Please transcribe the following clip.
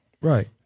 Right